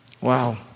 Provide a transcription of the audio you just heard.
Wow